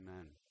Amen